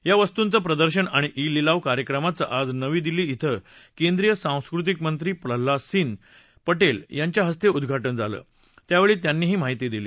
या वस्तुचं प्रदर्शन आणि ई लिलाव कार्यक्रमाचं आज नवी दिल्ली कें केंद्रीय सांस्कृतिक मंत्री प्रल्हाद सिंह पटेल यांच्या हस्ते उद्घाटन झालं त्यावेळी त्यांनीही माहिती दिली